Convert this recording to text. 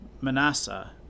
Manasseh